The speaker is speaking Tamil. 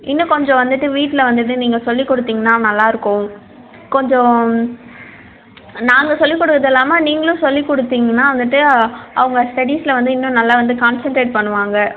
இன்னும் கொஞ்சம் வந்துவிட்டு வீட்டில் வந்துவிட்டு நீங்கள் சொல்லி கொடுத்திங்கனா நல்லா இருக்கும் கொஞ்சம் நாங்கள் சொல்லி கொடுக்கறது இல்லாமல் நீங்களும் சொல்லி கொடுத்திங்கனா வந்துவிட்டு அவங்க ஸ்டடீஸில் வந்து இன்னும் நல்லா வந்து கான்செண்ட்ரேட் பண்ணுவாங்க